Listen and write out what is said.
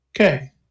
Okay